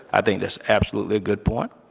i think that's absolutely a good point,